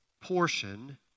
portion